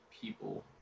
people